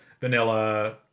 Vanilla